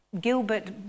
Gilbert